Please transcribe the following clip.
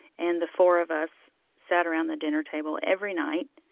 and the four of us sat around the dinner table every night.